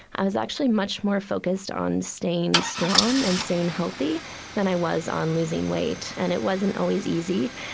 i was actually much more focused on staying strong and staying healthy than i was on losing weight. and it wasn't always easy,